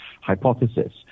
hypothesis